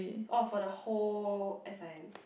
oh for the whole s_i_m